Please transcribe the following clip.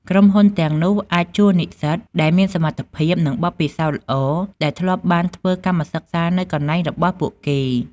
ក្រុមហ៊ុនទាំងនោះអាចជួលនិស្សិតដែលមានសមត្ថភាព និងបទពិសោធន៍ល្អ ដែលធ្លាប់បានធ្វើកម្មសិក្សានៅកន្លែងរបស់ពួកគេ។